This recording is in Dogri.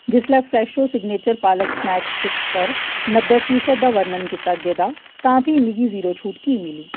जिसलै Fresho signature palak snack sticks पर नब्बै फी'सद दा बर्णन कीता गेदा तां फ्ही मिगी ज़ीरो छूट की मिली